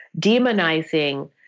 demonizing